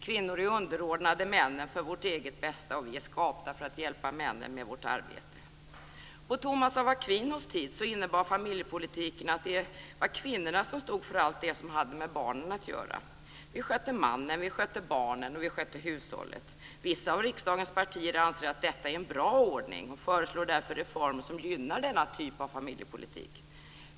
Kvinnor är underordnade männen för sitt eget bästa, och vi är skapta för att hjälpa männen med vårt arbete. På Thomas av Aquinos tid innebar familjepolitiken att det var kvinnorna som stod för allt det som hade med barnen att göra. Vi skötte mannen, barnen och hushållet. Vissa av riksdagens partier anser att detta är en bra ordning och föreslår därför reformer som gynnar denna typ av familjepolitik.